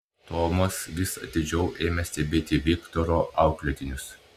tomas vis atidžiau ėmė stebėti viktoro auklėtinius